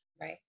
Right